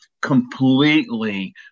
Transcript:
completely